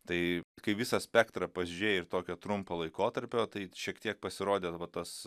tai kai visą spektrą pažiūrėjai ir tokio trumpo laikotarpio tai šiek tiek pasirodė va tas